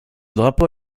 drapeau